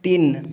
তিন